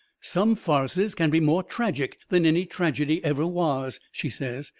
some farces can be more tragic than any tragedy ever was, she says.